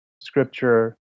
scripture